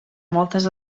moltes